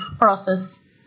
process